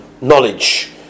knowledge